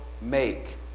make